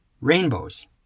rainbows